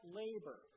labor